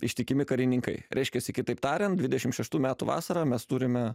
ištikimi karininkai reiškiasi kitaip tariant dvidešim šeštų metų vasarą mes turime